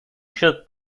счет